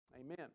Amen